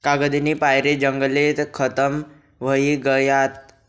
कागदनी पायरे जंगले खतम व्हयी गयात